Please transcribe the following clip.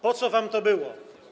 Po co wam to było?